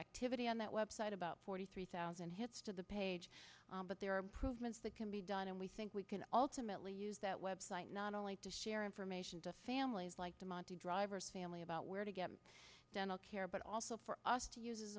activity on that website about forty three thousand hits to the page but there are improvements that can be done and we think we can ultimately use that website not only to share information to families like the monte drivers family about where to get dental care but also for us to use